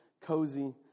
Cozy